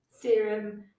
serum